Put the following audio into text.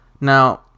Now